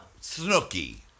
Snooky